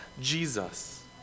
Jesus